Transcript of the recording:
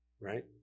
right